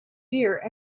severe